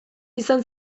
izan